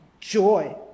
Joy